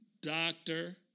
doctor